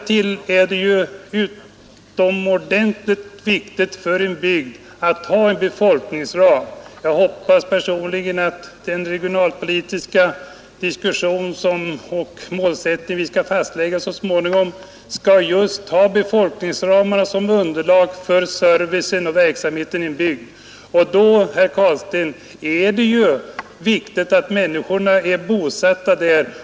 Vidare är det utomordentligt viktigt för en bygd att ha en befolkningsram. Personligen hoppas jag att den regionalpolitiska diskussion vi för och den målsättning som vi så småningom skall fastlägga just skall ha befolkningsramarna som underlag för servicen och verksamheten i en bygd. Och då, herr Carlstein, är det väsentligt att människorna är bosatta där.